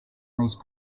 these